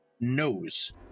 knows